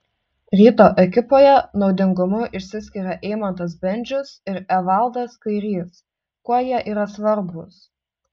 ryto ekipoje naudingumu išsiskiria eimantas bendžius ir evaldas kairys kuo jie yra svarbūs